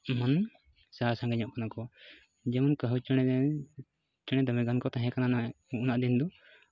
ᱢᱟᱱᱮ ᱥᱟᱦᱟ ᱥᱟᱺᱜᱤᱧᱚᱜ ᱠᱟᱱᱟ ᱠᱚ ᱡᱮᱢᱚᱱ ᱠᱟᱹᱦᱩ ᱪᱮᱬᱮ ᱪᱮᱬᱮ ᱫᱚᱢᱮᱜᱟᱱ ᱠᱚ ᱛᱟᱦᱮᱸ ᱠᱟᱱᱟ ᱦᱟᱸᱜ ᱩᱱᱟᱹᱜ ᱫᱤᱱ ᱫᱚ